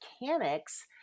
mechanics